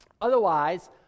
Otherwise